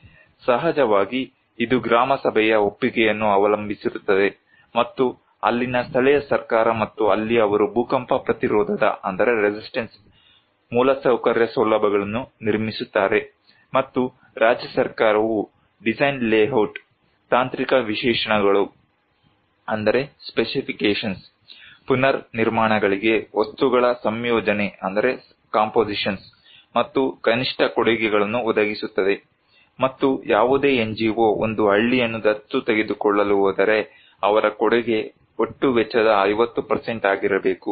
ಸಹಜವಾಗಿ ಇದು ಗ್ರಾಮ ಸಭೆಯ ಒಪ್ಪಿಗೆಯನ್ನು ಅವಲಂಬಿಸಿರುತ್ತದೆ ಮತ್ತು ಅಲ್ಲಿನ ಸ್ಥಳೀಯ ಸರ್ಕಾರ ಮತ್ತು ಅಲ್ಲಿ ಅವರು ಭೂಕಂಪ ಪ್ರತಿರೋದದ ಮೂಲಸೌಕರ್ಯ ಸೌಲಭ್ಯಗಳನ್ನು ನಿರ್ಮಿಸುತ್ತಾರೆ ಮತ್ತು ರಾಜ್ಯ ಸರ್ಕಾರವು ಡಿಸೈನ್ ಲೇಔಟ್ ತಾಂತ್ರಿಕ ವಿಶೇಷಣಗಳು ಪುನರ್ನಿರ್ಮಾಣಗಳಿಗೆ ವಸ್ತು ಗಳ ಸಂಯೋಜನೆ ಮತ್ತು ಕನಿಷ್ಠ ಕೊಡುಗೆಗಳನ್ನು ಒದಗಿಸುತ್ತದೆ ಮತ್ತು ಯಾವುದೇ NGO ಒಂದು ಹಳ್ಳಿಯನ್ನು ದತ್ತು ತೆಗೆದುಕೊಳ್ಳಲು ಹೋದರೆ ಅವರ ಕೊಡುಗೆ ಒಟ್ಟು ವೆಚ್ಚದ 50 ಆಗಿರಬೇಕು